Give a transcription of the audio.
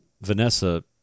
Vanessa